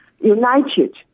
united